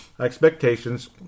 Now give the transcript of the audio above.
expectations